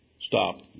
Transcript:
Stop